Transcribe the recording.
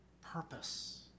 purpose